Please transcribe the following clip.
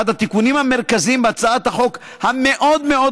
אחד התיקונים המרכזיים בהצעת החוק המאוד-מאוד